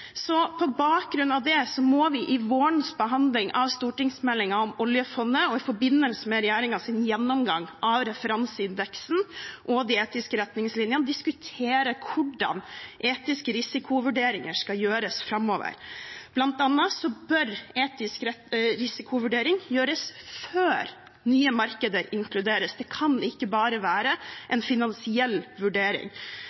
må vi i vårens behandling av stortingsmeldingen om oljefondet og i forbindelse med regjeringens gjennomgang av referanseindeksen og de etiske retningslinjene diskutere hvordan etiske risikovurderinger skal gjøres framover. Blant annet bør etisk risikovurdering gjøres før nye markeder inkluderes. Det kan ikke bare være